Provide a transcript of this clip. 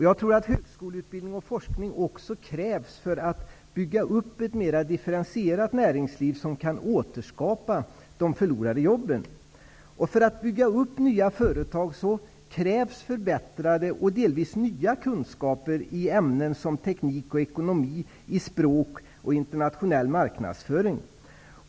Jag tror att högskoleutbildning och forskning också krävs för att ett mera differentierat näringsliv skall kunna byggas upp, som kan återskapa de förlorade jobben. För att man skall kunna bygga upp nya företag krävs det förbättrade och delvis nya kunskaper i ämnen som teknik, ekonomi, språk och internationell marknadsföring.